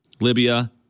Libya